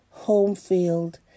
Homefield